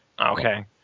Okay